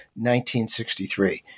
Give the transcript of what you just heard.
1963